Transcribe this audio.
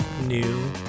new